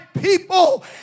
people